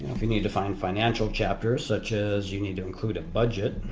if you need to find financial chapters such as you need to include a budget